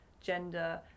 gender